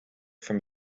from